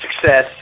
success